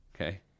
Okay